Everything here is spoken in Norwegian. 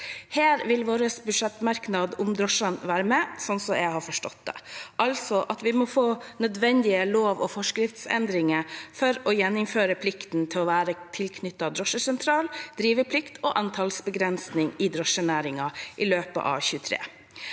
Her vil vår budsjettmerknad om drosjene være med, sånn som jeg har forstått det – altså at vi må få nødvendige lov- og forskriftsendringer for å gjeninnføre plikten til å være tilknyttet drosjesentral, driveplikt og antallsbegrensning i drosjenæringen i løpet av 2023.